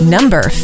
Number